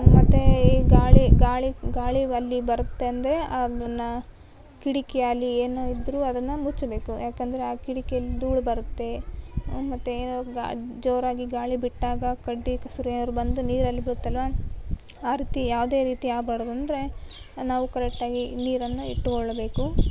ಮತ್ತೆ ಈ ಗಾಳಿ ಗಾಳಿ ಗಾಳಿ ಅಲ್ಲಿ ಬರುತ್ತೆ ಅಂದರೆ ಅದನ್ನು ಕಿಟಕಿ ಅಲ್ಲಿ ಏನು ಇದ್ದರು ಅದನ್ನ ಮುಚ್ಚಬೇಕು ಯಾಕಂದ್ರೆ ಆ ಕಿಟಕಿಯಲ್ಲಿ ಧೂಳು ಬರುತ್ತೆ ಮತ್ತೆ ಏನೋ ಗಾ ಜೋರಾಗಿ ಗಾಳಿ ಬಿಟ್ಟಾಗ ಕಡ್ಡಿ ಕೆಸ್ರು ಏನಾದ್ರು ಬಂದು ನೀರಲ್ಲಿ ಬೀಳುತ್ತಲ್ಲವಾ ಆ ರೀತಿ ಯಾವುದೇ ರೀತಿ ಆಗ್ಬಾರ್ದು ಅಂದರೆ ನಾವು ಕರೆಕ್ಟಾಗಿ ನೀರನ್ನು ಇಟ್ಟುಕೊಳ್ಳಬೇಕು